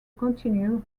continue